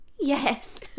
Yes